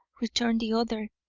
returned the other.